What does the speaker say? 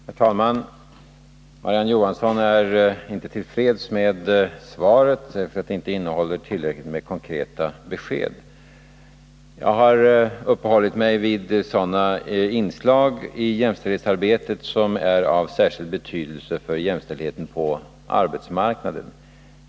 Herr talman! Marie-Ann Johansson är inte till freds med svaret, därför att det inte innehåller tillräckligt med konkreta besked. Jag har uppehållit mig vid sådana inslag i jämställdhetsarbetet som är av särskild betydelse för jämställdheten på arbetsmarknaden.